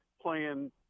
playing